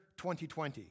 2020